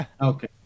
Okay